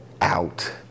out